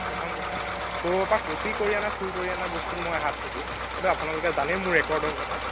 প্ৰথম কথা ক'ৰবাৰ পৰা কপি কৰি অনা চুৰ কৰি অনা বস্তু মই হাত নিদিওঁ এইটো আপোনালোকে জানেই মোৰ ৰেকৰ্ডৰ কথা